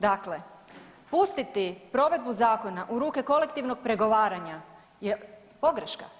Dakle, pustiti provedbu zakona u ruke kolektivnog pregovaranja je pogreška.